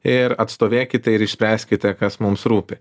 ir atstovėkite ir išspręskite kas mums rūpi